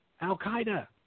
al-Qaeda